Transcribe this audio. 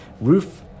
roof